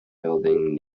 building